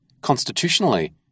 Constitutionally